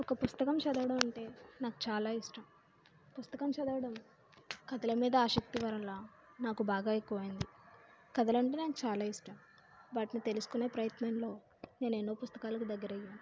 ఒక పుస్తకం చదవడం అంటే నాకు చాలా ఇష్టం పుస్తకం చదవడం కథల మీద ఆసక్తి వలన నాకు బాగా ఎక్కువ అయింది కథలు అంటే నాకు చాలా ఇష్టం వాటిని తెలుసుకునే ప్రయత్నంలో నేను ఎన్నో పుస్తకాలకు దగ్గర అయ్యాను